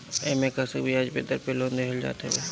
एमे आकर्षक बियाज दर पे लोन देहल जात हवे